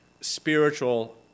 spiritual